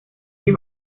die